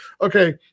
okay